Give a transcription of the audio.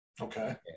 Okay